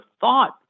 thought